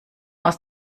aus